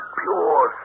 pure